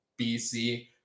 BC